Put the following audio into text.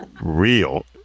real